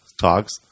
talks